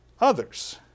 others